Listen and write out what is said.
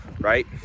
right